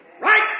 Right